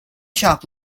shop